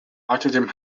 außerdem